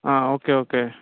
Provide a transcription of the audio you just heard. आं okay okay